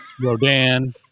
Rodan